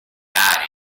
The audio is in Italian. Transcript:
aree